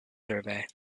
survey